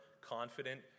confident